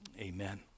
Amen